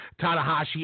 Tanahashi